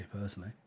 personally